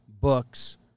books